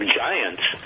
giants